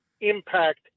impact